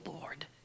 Lord